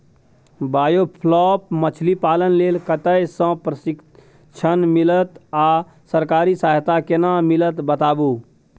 Biofloc मछलीपालन लेल कतय स प्रशिक्षण मिलत आ सरकारी सहायता केना मिलत बताबू?